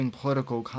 political